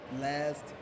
last